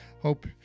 hope